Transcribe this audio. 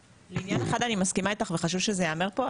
בעניין אחד אני מסכימה איתך וחשוב שזה יאמר פה,